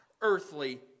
earthly